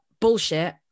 bullshit